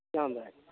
स्याम दाई